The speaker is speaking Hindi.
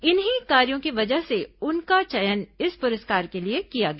इन्हीं कार्यों की वजह से उनका चयन इस पुरस्कार के लिए किया गया